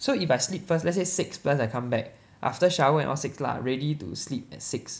so if I sleep first let's say six plus I come back after shower and all six lah ready to sleep at six